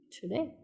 today